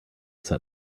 set